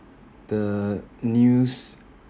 the news